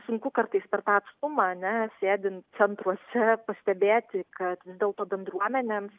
sunku kartais per tą atstumą ar ne sėdint centruose pastebėti kad vis dėlto bendruomenėms